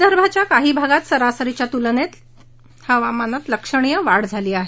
विदर्भाच्या काही भागात सरासरीच्या तुलनेत लक्षणीय वाढ झाली आहे